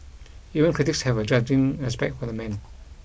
even critics have a grudging respect for the man